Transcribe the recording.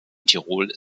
tirol